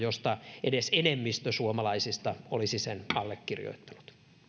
että edes enemmistö suomalaisista olisi sen allekirjoittanut